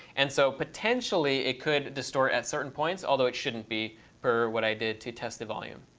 and so potentially it could distort at certain points, although it shouldn't be per what i did to test the volume.